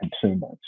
consumers